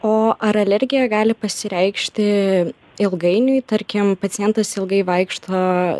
o ar alergija gali pasireikšti ilgainiui tarkim pacientas ilgai vaikšto